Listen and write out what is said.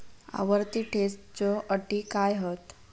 आवर्ती ठेव च्यो अटी काय हत?